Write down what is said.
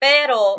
Pero